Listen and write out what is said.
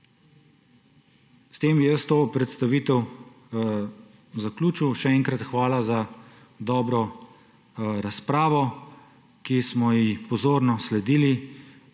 S tem bi to predstavitev zaključil. Še enkrat hvala za dobro razpravo, ki smo ji pozorno sledili.